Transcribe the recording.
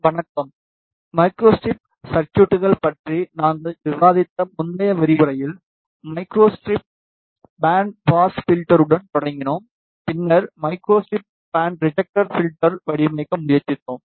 வணக்கம் மைக்ரோஸ்ட்ரிப் சர்குய்ட்கள் பற்றி நாங்கள் விவாதித்த முந்தைய விரிவுரையில் மைக்ரோஸ்ட்ரிப் பேண்ட் பாஸ் பில்டருடன் தொடங்கினோம் பின்னர் மைக்ரோஸ்ட்ரிப் பேண்ட் ரிஜெக்ட் பில்டர் வடிவமைக்க முயற்சித்தோம்